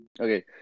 Okay